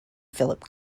philip